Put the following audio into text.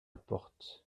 porte